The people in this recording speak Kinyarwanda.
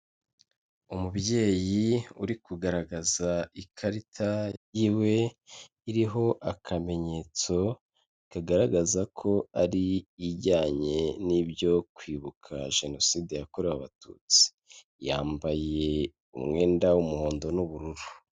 Umubyeyi uri kugaragaza ikarita yiwe, iriho akamenyetso kagaragaza ko ari ijyanye n'ibyo kwibuka jenoside yakorewe abatutsi, yambaye umwenda w'umuhondo n'ubururu.